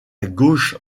gauche